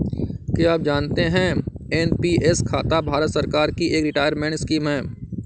क्या आप जानते है एन.पी.एस खाता भारत सरकार की एक रिटायरमेंट स्कीम है?